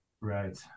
right